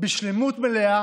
בשלמות מלאה